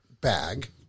bag